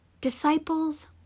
Disciples